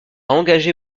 engagé